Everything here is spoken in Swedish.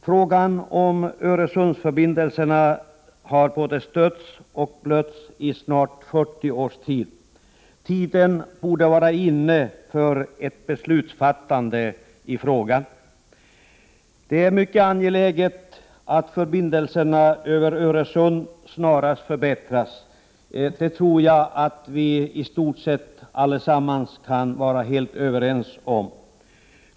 Frågan om Öresundsförbindelserna har både stötts och blötts i snart 40 års tid. Nu borde tiden vara inne för att man skall kunna fatta ett beslut. Jag tror att i stort sett alla kan vara överens om att det är mycket angeläget att förbindelserna över Öresund snarast förbättras.